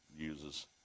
uses